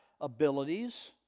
abilities